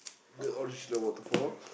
the original waterfall